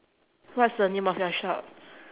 what's the name of your shop